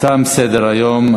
תם סדר-היום.